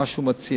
מה שהוא מציע.